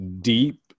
deep